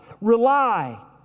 rely